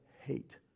hate